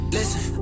Listen